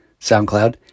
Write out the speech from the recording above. SoundCloud